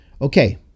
Okay